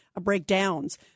breakdowns